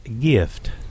gift